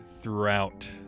throughout